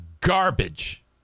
garbage